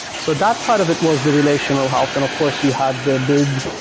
so that side of it was the relational health, and of course you had the big,